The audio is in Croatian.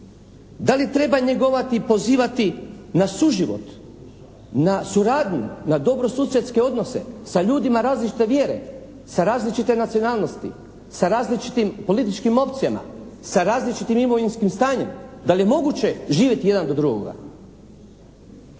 Da li treba njegovati i pozivati na suživot, na suradnju, na dobrosusjedske odnose sa ljudima različite vjere, sa različite nacionalnosti, sa različitim policijskim opcijama, sa različitim imovinskim stanjem? Da li je moguće živjeti jedan do drugoga?